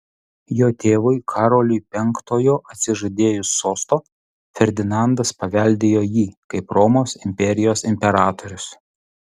jo tėvui karoliui penktojo atsižadėjus sosto ferdinandas paveldėjo jį kaip romos imperijos imperatorius